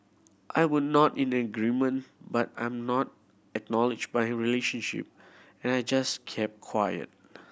I would nod in agreement but I'm not acknowledge my relationship and I just kept quiet